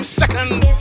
seconds